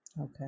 okay